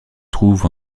trouve